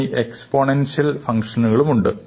എന്നീ എക്സ്പോണേൻഷ്യൽ ഫങ്ക്ഷനുകളും ഉണ്ട്